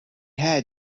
had